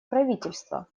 правительства